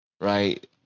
right